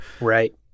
Right